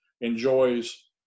enjoys